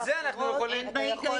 גם את זה אנחנו יכולים למחוק.